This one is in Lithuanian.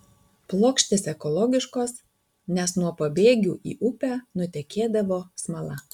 plokštės ekologiškos nes nuo pabėgių į upę nutekėdavo smala